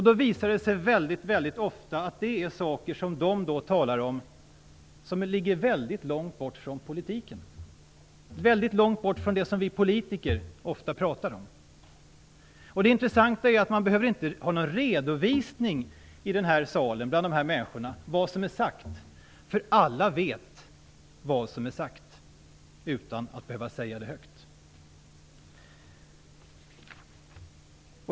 Det visar sig då väldigt ofta att det som de talar om ligger mycket långt bort från politiken och från det som vi politiker ofta pratar om. Det intressanta är att man bland de här människorna inte behöver ha någon redovisning av vad som är sagt. Alla vet vad som berättats, utan att man behöver säga det högt.